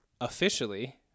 officially